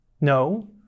No